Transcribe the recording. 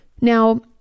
Now